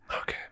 Okay